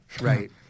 Right